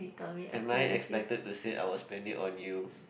am I expected to say I will spend it on you